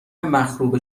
مخروبه